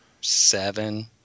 seven